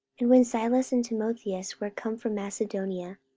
and when silas and timotheus were come from macedonia,